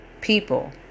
people